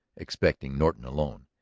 expecting norton alone.